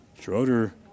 Schroeder